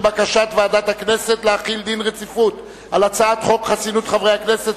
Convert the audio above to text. בקשת ועדת הכנסת להחיל דין רציפות על הצעת חוק חסינות חברי הכנסת,